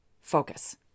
focus